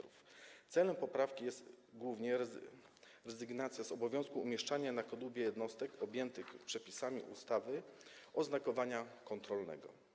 Głównym celem poprawki jest rezygnacja z obowiązku umieszczania na kadłubie jednostek objętych przepisami ustawy oznakowania kontrolnego.